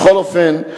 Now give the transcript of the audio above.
בכל אופן,